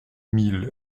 mille